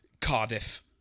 cardiff